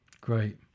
great